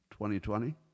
2020